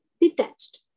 detached